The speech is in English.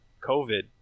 COVID